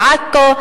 בעכו,